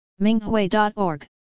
Minghui.org